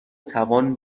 توان